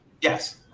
Yes